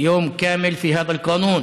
יום שלם בחוק הזה.